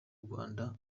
rwanda